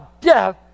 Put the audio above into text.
death